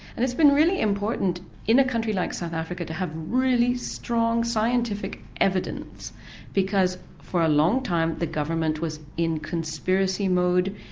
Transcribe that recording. and it's been really important in a country like south africa to have really strong scientific evidence because for a long time the government was in conspiracy mode,